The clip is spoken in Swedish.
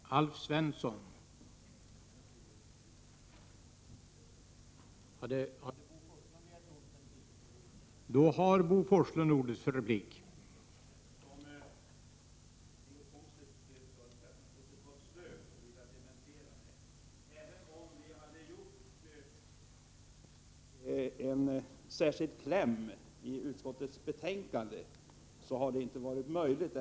Herr talman! Wiggo Komstedt sade att man i skatteutskottet varit slö, men det vill jag dementera. Även om vi hade åstadkommit en särskild kläm i utskottets betänkande, hade någonting annat inte varit möjligt.